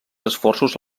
esforços